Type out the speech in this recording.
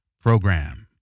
program